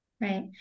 Right